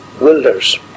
Wilders